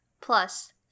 plus